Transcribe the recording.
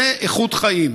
זו איכות חיים.